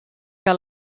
que